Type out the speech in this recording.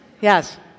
Yes